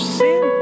sin